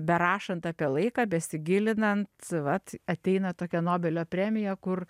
berašant apie laiką besigilinant vat ateina tokia nobelio premija kur